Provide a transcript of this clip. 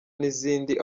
n’izindi